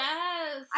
Yes